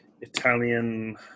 Italian